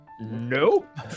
Nope